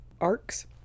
arcs